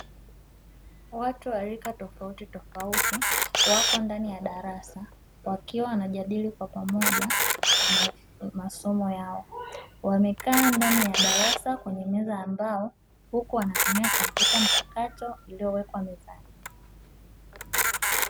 Watu wa rika tofautitofauti, dwapo ndani ya darasa wakiwa wanajadili kwa pamoja masomo yao, wamekaa ndani ya darasa kwenye meza ya mbao, huku wanatumia kompyuta mpakato iliyowekwa mezani.